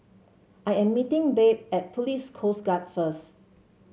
I am meeting Babe at Police Coast Guard first